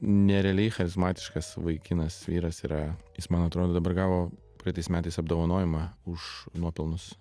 nerealiai charizmatiškas vaikinas vyras yra jis man atrodo dabar gavo praeitais metais apdovanojimą už nuopelnus